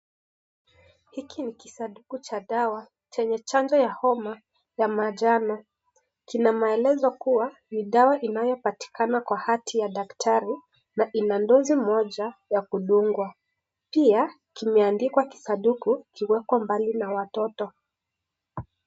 Hiki ni kisanduku cha dawa chenye chanjo ya homa ya manjano. Kina maelezo kuwa ni dawa inayopatikana kwa hati ya daktari na ina dose moja ya kudungwa. Pia kimeandikwa kisanduku, "kiwekwe mbali na watoto."